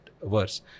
worse